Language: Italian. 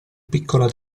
piccola